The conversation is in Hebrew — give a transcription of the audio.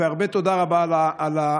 והרבה תודה רבה על העניין.